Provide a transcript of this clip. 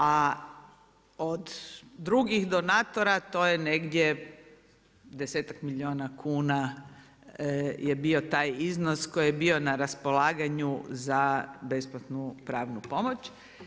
A od drugih donatora to je negdje desetak milijuna kuna je bio taj iznos koji je bio na raspolaganju za besplatnu pravnu pomoć.